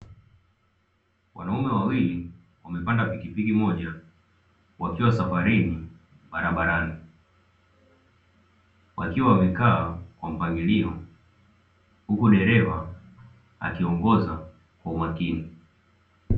Wanaume wawili wamepanda pikipiki moja wakiwa safarini barabarani, wakiwa wamekaa kwa makalio huku dereva akiongoza kwa umakini.